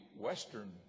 western